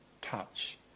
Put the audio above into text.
touch